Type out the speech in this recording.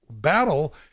battle